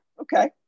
okay